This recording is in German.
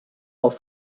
auf